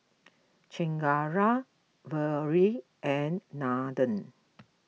Chengara Vedre and Nathan